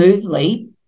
smoothly